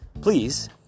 please